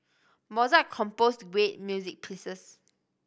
Mozart composed great music pieces